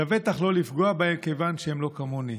לבטח לא לפגוע בהם כיוון שהם לא כמוני.